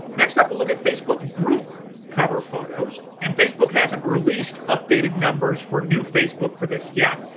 next up, we'll look at facebook group cover photos, and facebook hasn't released updated numbers for new facebook for this yet,